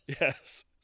Yes